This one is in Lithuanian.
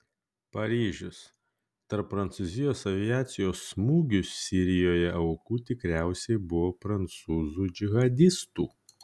paryžius tarp prancūzijos aviacijos smūgių sirijoje aukų tikriausiai buvo prancūzų džihadistų